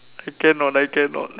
I cannot I cannot